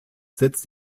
setzt